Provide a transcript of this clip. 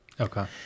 Okay